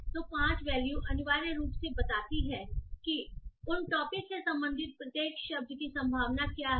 तो 5 वेल्यू अनिवार्य रूप से बताती है की उन टॉपिक से संबंधित प्रत्येक शब्द की संभावना क्या है